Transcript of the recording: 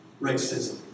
racism